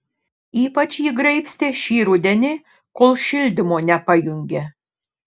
ypač jį graibstė šį rudenį kol šildymo nepajungė